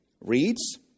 Reads